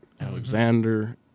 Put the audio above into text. Alexander